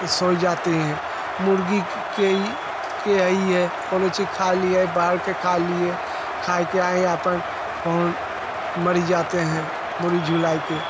सो जाती हैं मुर्गी के यह के है ही है कौनों चीज़ खा लिए बाहर का खा लिए खा कर आए हैं अपन कौन मरी जाते हैं मुड़ी झुला कर